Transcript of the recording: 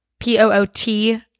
p-o-o-t